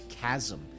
chasm